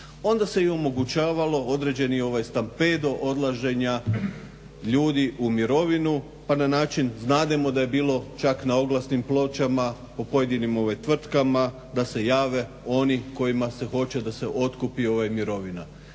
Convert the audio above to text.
onda se i omogućavalo određeni stampedo odlaženja ljudi u mirovinu pa na način, znademo da je bilo čak na oglasnim pločama po pojedinim tvrtkama da se jave oni kojima se hoće da se otkupi mirovina.